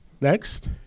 Next